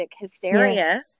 hysteria